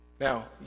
Now